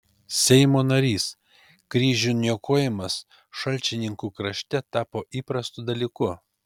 seimo narys kryžių niokojimas šalčininkų krašte tapo įprastu dalyku